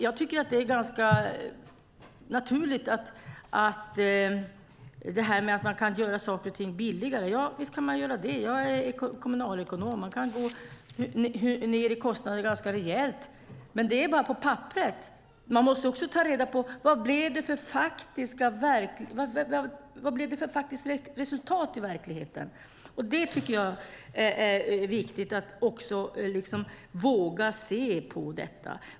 Jag tycker att det är ganska naturligt att man kan göra saker och ting billigare. Visst kan man göra det. Jag är kommunalekonom. Man kan gå ned i kostnader ganska rejält, men det är bara på papperet. Man måste också ta reda på vad det blir för faktiskt resultat i verkligheten. Det tycker jag är viktigt att också våga se.